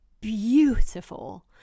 beautiful